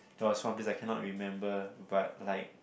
there was one place I couldn't remember but like